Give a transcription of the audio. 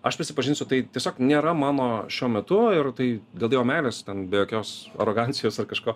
aš prisipažinsiu tai tiesiog nėra mano šiuo metu ir tai dėl dievo meilės ten be jokios arogancijos ar kažko